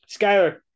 Skyler